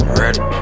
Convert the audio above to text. ready